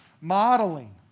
modeling